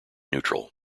neutral